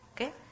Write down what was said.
Okay